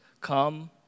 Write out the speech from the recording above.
Come